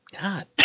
God